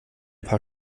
paar